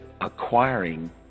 acquiring